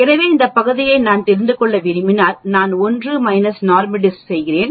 எனவே இந்த பகுதியை நான் தெரிந்து கொள்ள விரும்பினால் நான் 1 NORMSDIST செய்கிறேன்